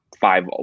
five